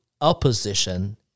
opposition